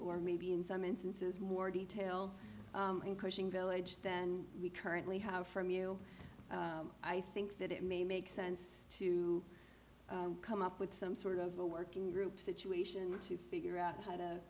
or maybe in some instances more detail in cushing village than we currently have from you i think that it may make sense to come up with some sort of a working group situation to figure out how to